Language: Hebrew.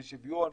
בשוויון,